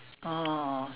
oh